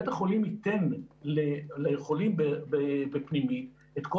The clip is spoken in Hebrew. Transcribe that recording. בית החולים ייתן לחולים בפנימית את כל